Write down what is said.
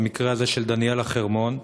במקרה הזה של דניאלה חרמון,